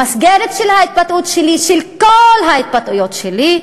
המסגרת של ההתבטאות שלי, של כל ההתבטאויות שלי,